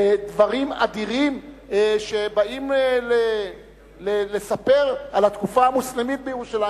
ודברים אדירים שבאים לספר על התקופה המוסלמית בירושלים